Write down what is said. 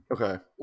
Okay